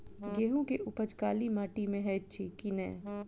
गेंहूँ केँ उपज काली माटि मे हएत अछि की नै?